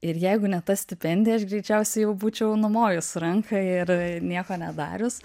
ir jeigu ne ta stipendija aš greičiausiai jau būčiau numojus ranka ir nieko nedarius